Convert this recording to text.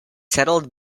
settled